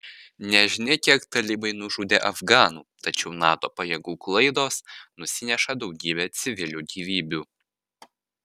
nežinia kiek talibai nužudė afganų tačiau nato pajėgų klaidos nusineša daugybę civilių gyvybių